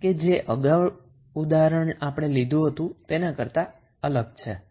કે જે અગાઉ જે આપણે ઉદાહરણ લીધુ તેના કરતા અલગ છે